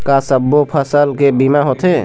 का सब्बो फसल के बीमा होथे?